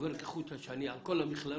עובר כחוט השני על כל המכללות,